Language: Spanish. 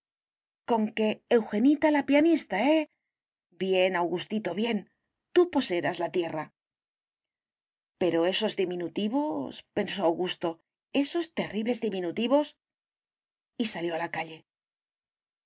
conque eugenita la pianista eh bien augustito bien tú poseerás la tierra pero esos diminutivospensó augusto esos terribles diminutivos y salió a la calle iv